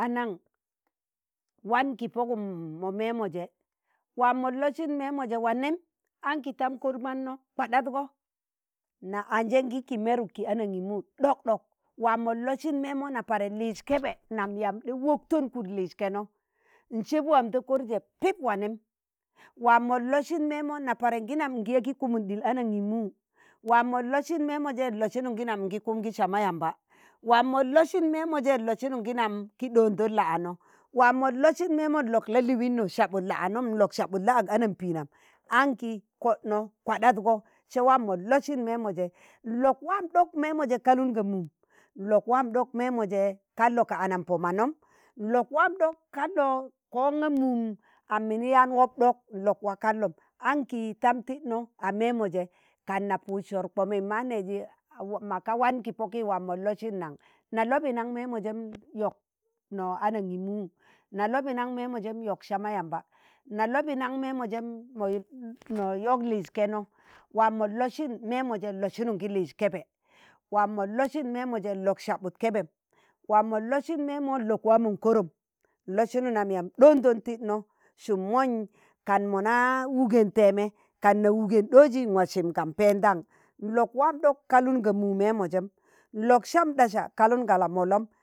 anan wan ki pogum ma memoje waa mon losin mẹmọ je waa nem anki tam kor manna kwadadgọ, na anjengi ki mẹrụk anaṇgimu ɗọk ɗọk waa mon losin mẹmụ na pari liiz kebi nam. yamb ɗa wokton kud liiz kẹnọ nsẹb waam ta korje pip waa nẹm, waa mọn losin memo na pari ngi nam ngi kumun ɗil anangimu, waa mon losin mẹmo se n losin igi nam ngi kum gi sama yamba, wam mo losin memoje lọsin ngi nam ngi ɗoodon la'anọ, waa mọ losin mẹmọ n lọk la'liino sabụtun la'anọm nlọk sabut la'ak anambiinam, aṇki kọdnọ kwadadgo se waa mon losin mẹmọ se nlọk waam ɗok mẹmọ je kalun ga mum, nlọk waam ɗok mẹmọ je kallo ka ana pọ manom, nlok waam ɗok kallo ko nga mum kan mini yaan wọb ɗọk nlọk waa kallọm n ki tam tidno ma mẹmọ je kan na paud sor kpomi ma neji maka waan ki poki waa man losin nan, na lobi nan memo jẹm yọk no anangimu, na lobu nan memo jem yok sama yamba, na lọbi nan memo jem mo yil nom yok liiz keno, waam mon losin memo je ngi liiz kẹbe, waa mọ losin memo je nlok sabud kebem, waa mo losin memo nlok wamon korom, nlosin nam yamb ɗoodun tidno sum monj kan mona wuge tẹẹmẹ kan na wugen ɗoji nwaa sim ka pẹẹndam nlok waam ɗok kalun ga mu meme jem nlok sam ɗasa kalon ga la'mọlnọm